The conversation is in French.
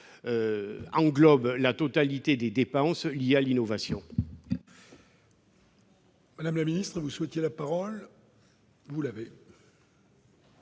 englobe la totalité des dépenses liées à l'innovation.